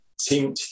team